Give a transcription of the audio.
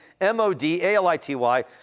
M-O-D-A-L-I-T-Y